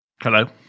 Hello